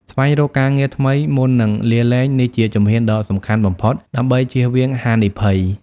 ស្វែងរកការងារថ្មីមុននឹងលាលែង នេះជាជំហានដ៏សំខាន់បំផុតដើម្បីជៀសវាងហានិភ័យ។